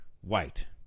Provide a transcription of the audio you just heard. white